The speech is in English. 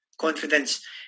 confidence